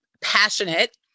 passionate